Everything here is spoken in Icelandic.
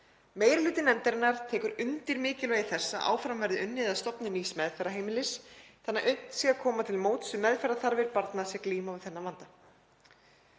Meiri hluti nefndarinnar tekur undir mikilvægi þess að áfram verði unnið að stofnun nýs meðferðarheimilis þannig að unnt sé að koma til móts við meðferðarþarfir barna sem glíma við þennan vanda.